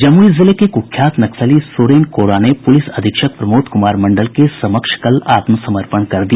जमुई जिले के कुख्यात नक्सली सोरेन कोड़ा ने पुलिस अधीक्षक प्रमोद कुमार मंडल के समक्ष कल आत्मसमर्पण कर दिया